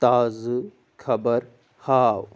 تازٕ خبر ہاو